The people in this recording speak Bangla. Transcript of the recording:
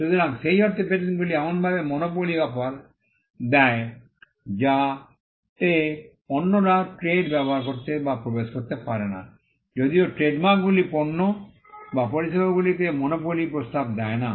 সুতরাং সেই অর্থে পেটেন্টগুলি এমনভাবে মনোপলি অফার দেয় যাতে অন্যরা ট্রেড ব্যবহার করতে বা প্রবেশ করতে পারে না যদিও ট্রেডমার্কগুলি পণ্য বা পরিষেবাগুলিতে মনোপলি প্রস্তাব দেয় না